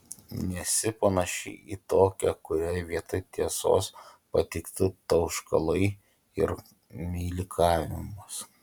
nesi panaši į tokią kuriai vietoj tiesos patiktų tauškalai ir meilikavimas